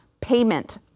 payment